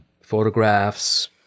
photographs